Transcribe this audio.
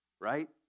right